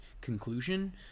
conclusion